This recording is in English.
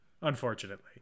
Unfortunately